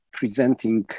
presenting